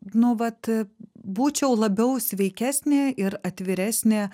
nu vat būčiau labiau sveikesnė ir atviresnė